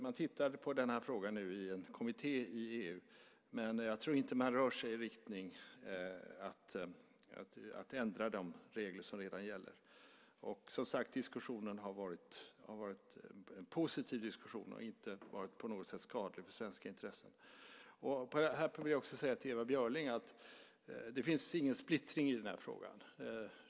Man tittade nyligen på denna fråga i en kommitté i EU. Men jag tror inte att man rör sig i riktning mot att ändra de regler som redan gäller. Och det har, som sagt, varit en positiv diskussion som inte på något sätt har varit skadlig för svenska intressen. Jag vill också till Ewa Björling säga att det inte finns någon splittring i denna fråga.